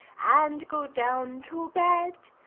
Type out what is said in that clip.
and go down to bed!